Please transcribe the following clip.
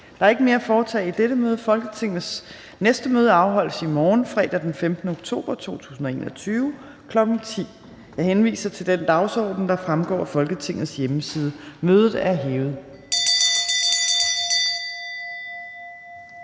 Der er ikke mere at foretage i dette møde. Folketingets næste møde afholdes i morgen, fredag den 15. oktober 2021, kl. 10.00. Jeg henviser til den dagsorden, der fremgår af Folketingets hjemmeside. Mødet er hævet.